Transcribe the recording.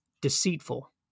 deceitful